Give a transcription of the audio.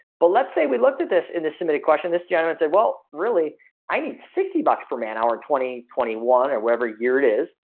but let's say we looked this in the submit question this gentleman said. well, really i need sixty bucks per man hour, twenty twenty one or whatever year it is.